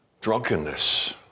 drunkenness